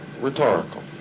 rhetorical